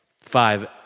five